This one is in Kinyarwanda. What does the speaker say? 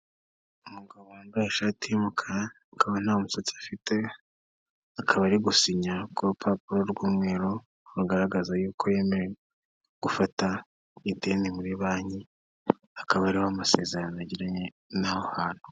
Umugabo wambaye ishati y'umukara akaba nta musatsi afite akaba ari gusinya ku rupapuro rw'umweru rugaragaza yuko yemeye gufata ideni muri banki, hakaba hariho amasezerano yagiranye n'aho hantu.